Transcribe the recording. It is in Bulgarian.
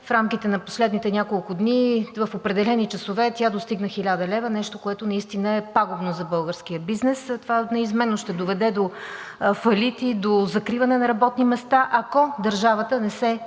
в рамките на последните няколко дни и в определени часове достигна до 1000 лв. – нещо, което наистина е пагубно за българския бизнес. Това неизменно ще доведе до фалити, до закриване на работни места, ако държавата не се